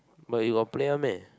but you got play one meh